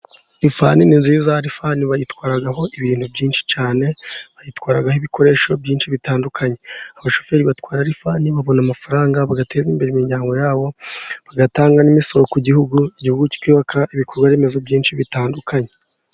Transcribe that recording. Lifani ni nziza, lifani bayitwaraho ibintu byinshi cyane, bayitwaraho ibikoresho byinshi bitandukanye, abashoferi batwara lifani babona amafaranga, bagatera imbere mu miryango yabo bagatanga n'imisoro ku gihugu ,igihugu kikubaka ibikorwaremezo byinshi bitandukanye.